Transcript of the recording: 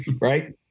right